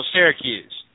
Syracuse